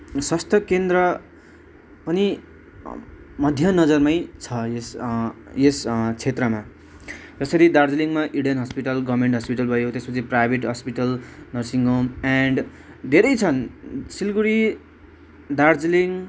स्वास्थ केन्द्र पनि मध्यनजरमै छ यस यस क्षेत्रमा जसरी दार्जिलिङमा इडेन हस्पिटल गभर्मेन्ट हस्पिटल भयो त्यसपछि private hospital nursing home and धेरै छन् सिलगढी दार्जिलिङ